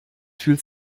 fühlt